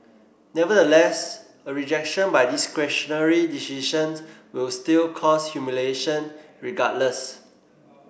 nevertheless a rejection by discretionary decisions will still cause humiliation regardless